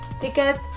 tickets